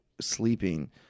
sleeping